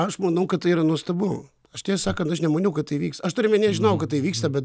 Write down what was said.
aš manau kad tai yra nuostabu aš tiesą sakant aš nemaniau kad tai vyks aš turiu omeny aš žinojau kad tai vyksta bet